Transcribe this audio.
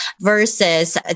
versus